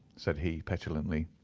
said he, petulantly.